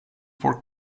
for